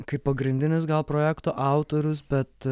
kaip pagrindinis gal projekto autorius bet